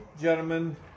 gentlemen